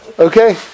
Okay